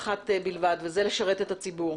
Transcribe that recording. בלבד: לשרת את הציבור.